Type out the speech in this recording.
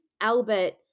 Albert